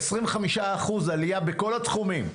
25% עלייה בכל התחומים.